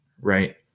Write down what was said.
right